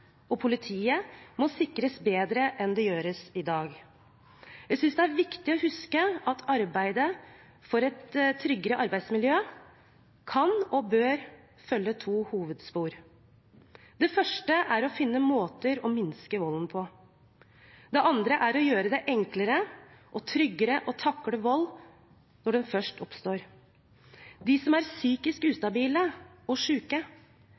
politiet, må sikres bedre enn det gjøres i dag. Jeg synes det er viktig å huske at arbeidet for et tryggere arbeidsmiljø kan og bør følge to hovedspor. Det første er å finne måter å minske volden på. Det andre er å gjøre det enklere og tryggere å takle vold når den først oppstår. De som er psykisk ustabile og